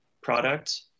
product